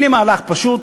הנה מהלך פשוט,